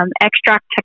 Extract